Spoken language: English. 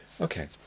Okay